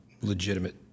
legitimate